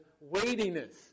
weightiness